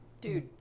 Dude